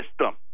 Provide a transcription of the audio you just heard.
system